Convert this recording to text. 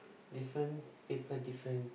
different people different